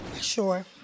Sure